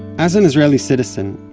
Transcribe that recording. as an israeli citizen,